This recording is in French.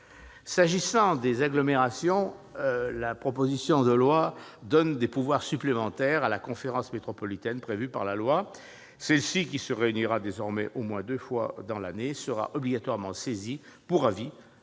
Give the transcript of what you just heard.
S'agissant des agglomérations, la proposition de loi donne des pouvoirs supplémentaires à la conférence métropolitaine prévue par la loi. Cette conférence, qui se réunira désormais au moins deux fois dans l'année, sera obligatoirement saisie pour avis de tout